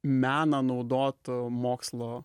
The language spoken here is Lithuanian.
meną naudot mokslo